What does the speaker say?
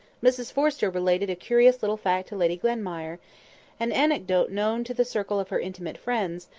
mrs forrester related a curious little fact to lady glenmire an anecdote known to the circle of her intimate friends,